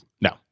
No